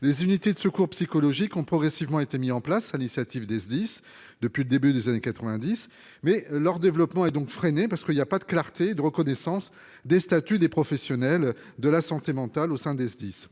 des unités de secours psychologique ont progressivement été mis en place à l'initiative des SDIS depuis le début des années 90 mais leur développement et donc freiner parce qu'il y a pas de clarté et de reconnaissance des statuts des professionnels de la santé mentale au s'investisse